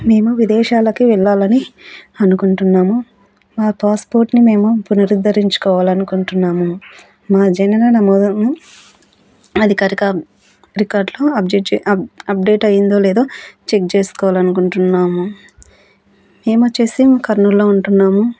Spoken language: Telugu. మేము విదేశాలకి వెళ్ళాలని అనుకుంటున్నాము మా పాస్పోర్ట్ని మేము పునరుద్ధరించుకోవాలనుకుంటున్నాము మా జనన నమోదను అధికారిక రికార్డులో అప్డేట్ చే అప్డేట్ అయిందో లేదో చెక్ చేసుకోవాలనుకుంటున్నాము మేమొచ్చేసి కర్నూల్లో ఉంటున్నాము